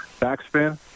backspin